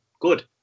good